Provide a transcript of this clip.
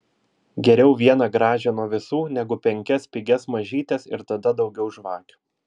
geriau vieną gražią nuo visų negu penkias pigias mažytes ir tada daugiau žvakių